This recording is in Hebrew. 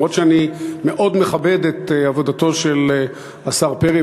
אני מאוד מכבד את עבודתו של השר פרי,